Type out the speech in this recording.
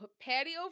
patio